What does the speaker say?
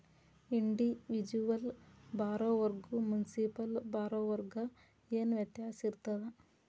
Individual ಬಾರೊವರ್ಗು municipal ಬಾರೊವರ್ಗ ಏನ್ ವ್ಯತ್ಯಾಸಿರ್ತದ?